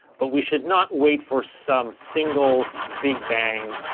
but we should not wait for some single big bang,